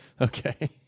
Okay